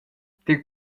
tier